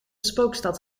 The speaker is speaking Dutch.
spookstad